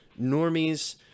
normies